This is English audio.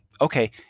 okay